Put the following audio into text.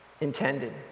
intended